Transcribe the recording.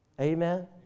Amen